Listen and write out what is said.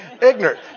ignorant